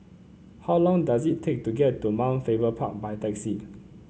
how long does it take to get to Mount Faber Park by taxi